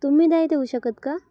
तुम्ही नाही देऊ शकत का